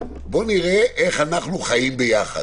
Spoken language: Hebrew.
בואי נראה איך אנחנו חיים יחד.